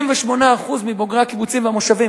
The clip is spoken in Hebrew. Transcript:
56% מבוגרי הקיבוצים והמושבים,